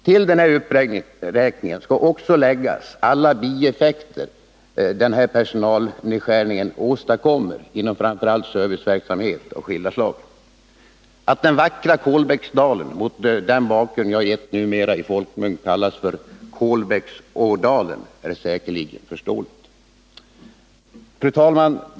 Till denna uppräkning skall också läggas alla bieffekter som dessa personalnedskärningar åstadkommer inom framför allt serviceverksamhet av skilda slag. Att den vackra Kolbäcksdalen, mot den bakgrund som jag här har gett, numera i folkmun kallas Kolbäcks-Ådalen är säkerligen förståeligt. Fru talman!